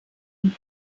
und